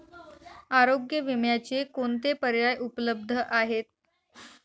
आरोग्य विम्याचे कोणते पर्याय उपलब्ध आहेत?